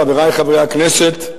חברי חברי הכנסת,